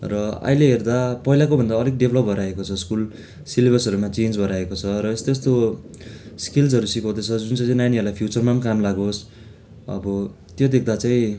र अहिइले हेर्दा पहिलाको भन्दा अलिक डेभलप भएर आएको छ स्कुल सिलेबसहरूमा चेन्ज भएर आएको छ र यस्तो यस्तो स्किल्सहरू सिकाउँदैछ जुन चाहिँ चाहिँ नानीहरूलाई फ्युचरमा पनि काम लागोस् अब त्यो देख्दा चाहिँ